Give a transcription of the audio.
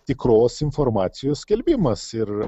tikros informacijos skelbimas ir